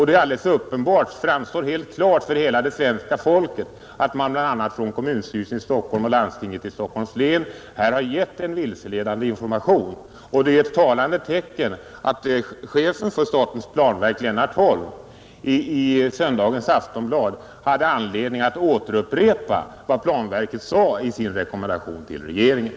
Det är uppenbart och framstår helt klart för hela svenska folket att man bl.a. från kommunstyrelsen i Stockholm och landstinget i Stockholms län här har gett en vilseledande information. Det är ett talande tecken att chefen för statens planverk, Lennart Holm, i Aftonbladet i söndags hade anledning att återupprepa vad planverket sade i sin rekommendation till regeringen.